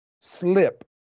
slip